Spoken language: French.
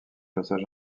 passage